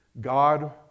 God